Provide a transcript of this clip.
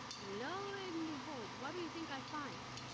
and lo and behold, what do you think i find?